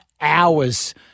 hours